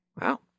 Wow